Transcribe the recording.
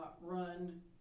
run